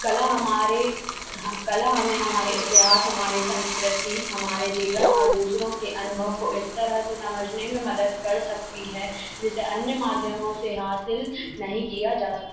कला हमारे कला हमें हमारें इतिहास हमारे संस्कृति हमारे जीवन और दूसरों के अनुभव को इस तरह से समझने में मदद कर सकती है जिसे अन्य माध्यमों से हासिल नहीं किया जा सकता